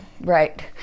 Right